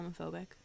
homophobic